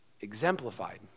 exemplified